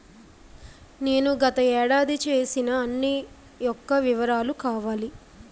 నేను గత ఏడాది చేసిన అన్ని యెక్క వివరాలు కావాలి?